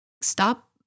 Stop